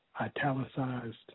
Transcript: italicized